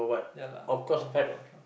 ya lah confirm got account